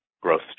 growth